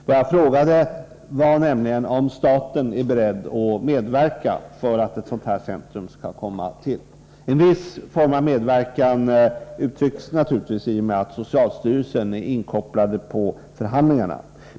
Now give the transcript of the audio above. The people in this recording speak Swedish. Vad jag frågade var nämligen om staten är beredd medverka till att ett sådant här centrum kan komma till stånd. En viss form av medverkan uttrycks naturligtvis i och med beskedet om att socialstyrelsen är inkopplad på förhandlingarna.